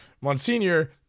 Monsignor